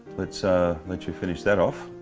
lets ah let you finish that off,